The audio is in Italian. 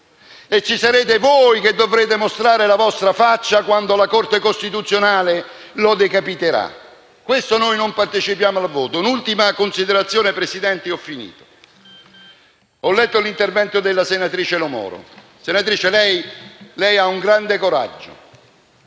Ci sarete voi a dover mostrare la faccia quando la Corte costituzionale lo decapiterà. Per questo non parteciperemo al voto. Faccio l'ultima considerazione, Presidente. Ho letto l'intervento della senatrice Lo Moro. Senatrice, lei ha un grande coraggio.